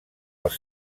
els